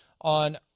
on